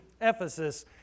Ephesus